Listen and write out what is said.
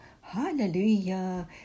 hallelujah